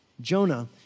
Jonah